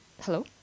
Hello